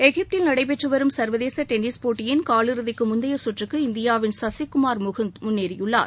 எகிப்தில் நடைபெற்று வரும் சர்வதேச டென்னிஸ் போட்டியின் காலிறுதிக்கு முந்தைய சுற்றுக்கு இந்தியாவின் சசிகுமார் முகுந்த் முன்னேறியுள்ளார்